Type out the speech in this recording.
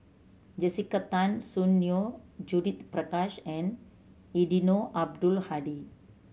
Jessica Tan Soon Neo Judith Prakash and Eddino Abdul Hadi